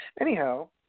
Anyhow